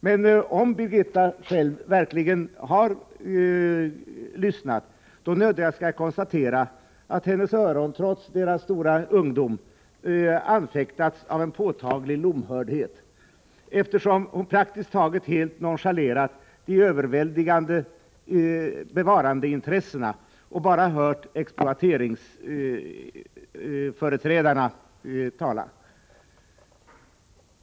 Men om Birgitta Dahl själv verkligen har lyssnat nödgas jag konstatera att hennes öron — trots deras stora ungdomlighet — anfäktats av en påtaglig lomhördhet, eftersom hon praktiskt taget helt nonchalerat de överväldigande bevarandeintressena och bara hört exploateringsföreträdarna.